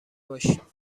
باشیم